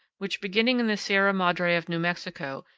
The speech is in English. which, beginning in the sierra madre of new mexico,